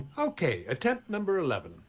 okay, attempt number eleven.